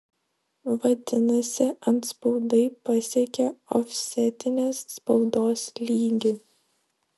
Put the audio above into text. vadinasi antspaudai pasiekė ofsetinės spaudos lygį